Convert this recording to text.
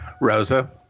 Rosa